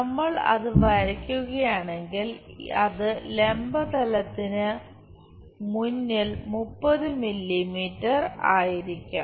നമ്മൾ അത് വരയ്ക്കുകയാണെങ്കിൽ അത് ലംബ തലത്തിന് മുന്നിൽ 30 മില്ലീമീറ്റർ ആയിരിക്കും